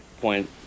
point